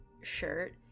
shirt